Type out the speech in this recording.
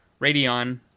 Radeon